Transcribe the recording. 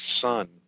son